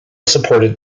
supported